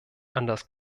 anders